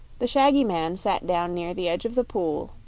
the shaggy man sat down near the edge of the pool,